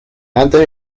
antes